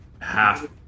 half